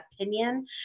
opinion